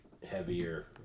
Heavier